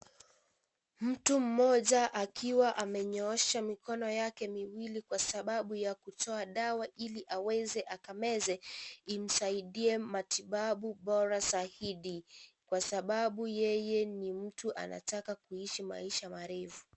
Mtu mmoja akiwa amenyoosha mikono yake miwili kwa sababu ya kutoa dawa ili aweze akameze imsaidie matibabu bora zaidi kwa sababu yeye ni mtu anataka kuishi maisha marefu.